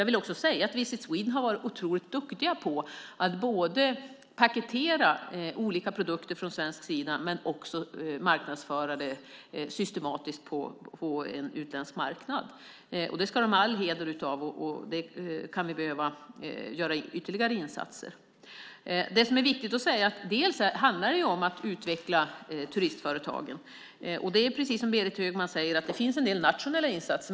Visit Sweden har varit otroligt duktiga på att både paketera olika produkter från svensk sida och marknadsföra dem systematiskt på en utländsk marknad. Det ska de ha all heder av. Där kan vi behöva göra ytterligare insatser. Detta handlar till stor del om att utveckla företagen, och precis som Berit Högman säger finns det en del nationella insatser.